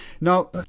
Now